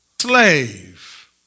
Slave